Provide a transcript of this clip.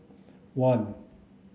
one